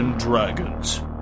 dragons